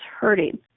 hurting